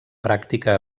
pràctica